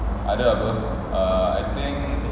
ada apa uh I think